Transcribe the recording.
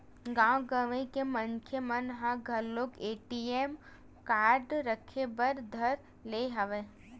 गाँव गंवई के मनखे मन ह घलोक ए.टी.एम कारड रखे बर धर ले हवय